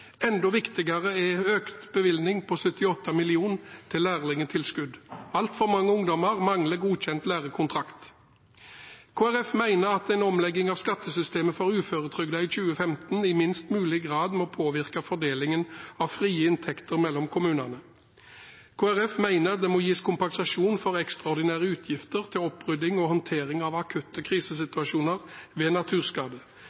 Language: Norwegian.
Enda viktigere er den økte bevilgningen på 78 mill. kr til økt lærlingtilskudd. Altfor mange ungdommer mangler godkjent lærekontrakt. Kristelig Folkeparti mener at omleggingen av skattesystemet for uføretrygdede i 2015 i minst mulig grad må påvirke fordelingen av frie inntekter mellom kommunene. Kristelig Folkeparti mener det må gis kompensasjon for ekstraordinære utgifter til opprydding og håndtering av akutte